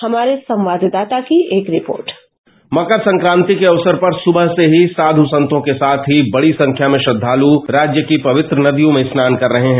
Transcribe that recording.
हमारे संवाददाता की एक रिपोर्ट मक कर संक्रांति के अवसर पर सुबह से ही सायु संतों के साथ ही बड़ी संख्या में श्रद्धालु राज्य की पवित्र नदियों में स्नान कर रहे हैं